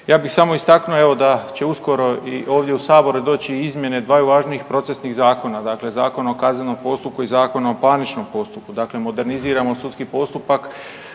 Ja bih samo istaknuo, evo da će uskoro i ovdje u Saboru doći i izmjene dvaju važnih procesnih zakona, dakle Zakona o kaznenom postupku i Zakona o parničnom postupku, dakle moderniziramo sudski postupak,